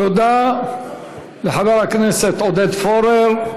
תודה לחבר הכנסת עודד פורר.